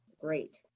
Great